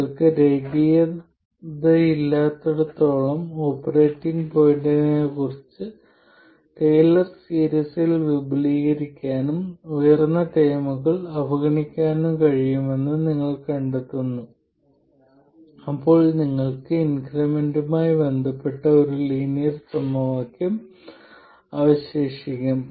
നിങ്ങൾക്ക് രേഖീയതയില്ലാത്തിടത്തെല്ലാം ഓപ്പറേറ്റിംഗ് പോയിന്റിനെക്കുറിച്ച് ടെയ്ലർ സീരീസിൽ വിപുലീകരിക്കാനും ഉയർന്ന ഓർഡർ ടേമുകൾ അവഗണിക്കാനും കഴിയുമെന്ന് നിങ്ങൾ കണ്ടെത്തുന്നു അപ്പോൾ നിങ്ങൾക്ക് ഇൻക്രിമെന്റുമായി ബന്ധപ്പെട്ട ഒരു ലീനിയർ സമവാക്യം അവശേഷിക്കും